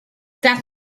that